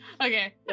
Okay